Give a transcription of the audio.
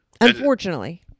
unfortunately